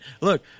Look